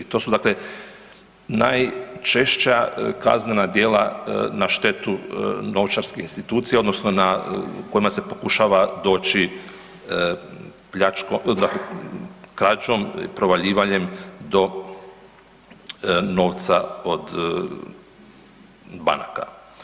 I to su dakle najčešća kaznena djela na štetu novčarskih institucija odnosno na kojima se pokušava doći dakle krađom, provaljivanjem novca od banaka.